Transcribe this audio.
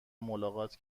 ملاقات